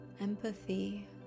empathy